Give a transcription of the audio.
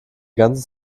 ganze